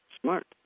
smart